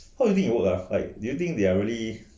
how do you it work ah like do you think they are really